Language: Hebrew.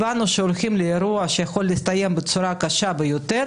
הבנו שהולכים לאירוע שיכול להסתיים בצורה קשה ביותר